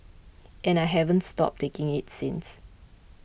and I haven't stopped taking it since